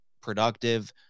productive